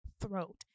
throat